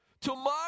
tomorrow